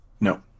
No